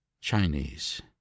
Chinese